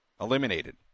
eliminated